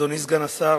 אדוני סגן השר,